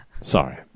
Sorry